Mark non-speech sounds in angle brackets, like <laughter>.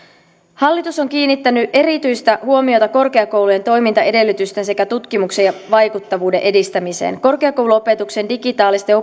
hallitus on kiinnittänyt erityistä huomiota korkeakoulujen toimintaedellytysten sekä tutkimuksen ja vaikuttavuuden edistämiseen korkeakouluopetuksen digitaalisten <unintelligible>